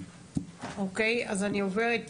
אוקיי, אז אני עברת